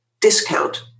discount